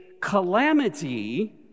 calamity